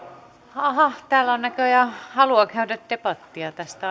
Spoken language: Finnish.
aha täällä on näköjään halua käydä debattia tästä